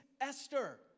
Esther